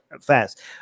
fast